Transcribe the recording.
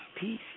Peace